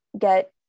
get